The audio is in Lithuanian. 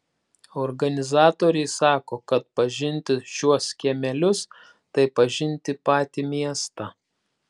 organizatoriai sako kad pažinti šiuos kiemelius tai pažinti patį miestą